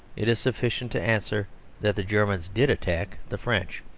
it is sufficient to answer that the germans did attack the french.